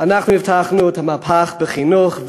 אנחנו הבטחנו את המהפך בחינוך,